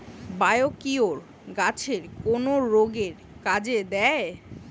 Biocure গাছের কোন রোগে কাজেদেয়?